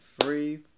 three